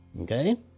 Okay